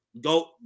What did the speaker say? Go